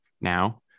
Now